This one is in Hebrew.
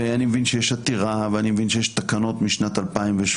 ואני מבין שיש עתירה ואני מבין שיש תקנות משנת 2017,